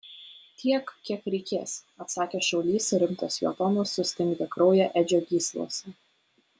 tiek kiek reikės atsakė šaulys ir rimtas jo tonas sustingdė kraują edžio gyslose